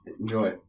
Enjoy